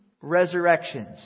resurrections